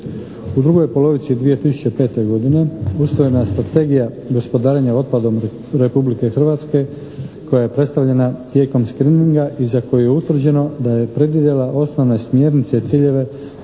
U drugoj polovici 2005. godine ustrojena je strategije gospodarenja otpadom Republike Hrvatske koja je predstavljena tijekom screeninga i za koju je utvrđeno da je predvidjela osnovne smjernice i ciljeve